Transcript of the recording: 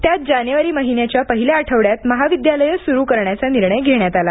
त्यात जानेवारी महिन्याच्या पहिल्या आठवड्यात महाविद्यालयं सुरू करण्याचा निर्णय घेण्यात आला